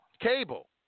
cable